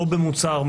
לא במוצהר,